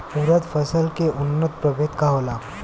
उरद फसल के उन्नत प्रभेद का होला?